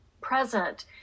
present